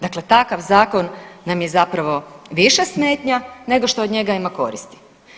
Dakle, takav zakon nam je zapravo više smetnja nego što od njega ima koristi.